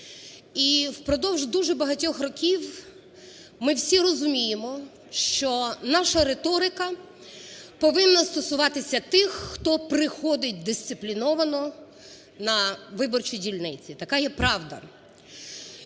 І впродовж дуже багатьох років ми всі розуміємо, що наша риторика повинна стосуватися тих, хто приходить дисципліновано на виборчі дільниці, така є правда.